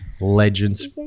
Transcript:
Legends